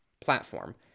platform